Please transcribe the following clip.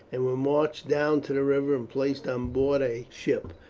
and were marched down to the river and placed on board a ship.